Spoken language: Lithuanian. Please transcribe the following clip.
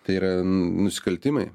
tai yra nusikaltimai